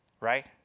right